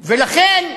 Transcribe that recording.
ולכן,